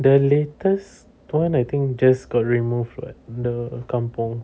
the latest the one I think just got removed what the kampung